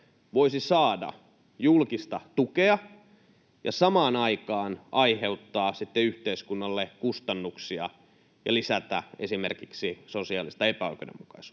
voisi saada julkista tukea ja samaan aikaan aiheuttaa sitten yhteiskunnalle kustannuksia ja lisätä esimerkiksi sosiaalista epäoikeudenmukaisuutta.